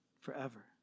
forever